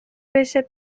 بشه